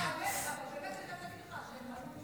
לא, אבל באמת אני חייבת להגיד לך, מלול,